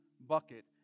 bucket